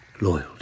loyalty